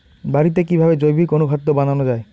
বাড়িতে কিভাবে জৈবিক অনুখাদ্য বানানো যায়?